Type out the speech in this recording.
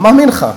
מאמין לך.